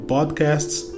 Podcasts